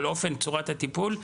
על אופן צורת הטיפול,